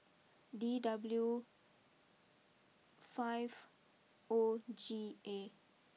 D W five O G A